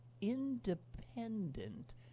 independent